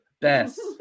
best